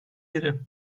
biri